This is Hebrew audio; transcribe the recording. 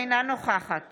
אינה נוכחת